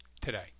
today